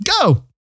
go